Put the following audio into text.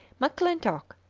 m'clintock,